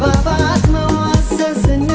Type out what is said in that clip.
but then